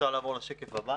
השקף הבא